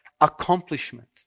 accomplishment